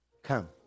Come